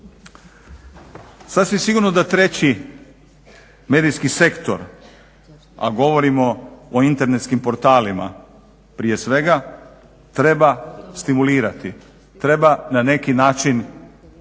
Sasvim sigurno da treći medijski sektor a govorimo o internetskim portalima prije svega treba stimulirati, treba na neki način učiniti